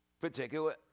Particular